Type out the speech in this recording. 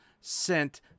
sent